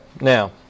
now